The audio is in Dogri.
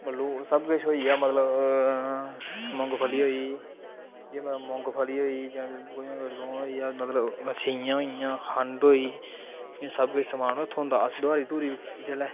लून सब किश होई गेआ मतलब मुंगफली होई केह् पता मुंगफली होई जां लून होई गेआ मतलब खंड होई एह् सब समान थ्होंदा अस जेल्लै दुहारी